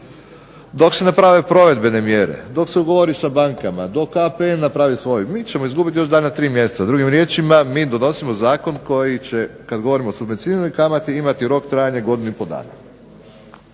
dok se naprave provedbene mjere, dok se ugovori sa bankama, dok APN napravi svoj, mi ćemo izgubiti još 2 do 3 mjeseca. Drugim riječima mi donosimo zakon koji će, kad govorimo o subvencioniranoj kamati, imati rok trajanja godinu i po dana,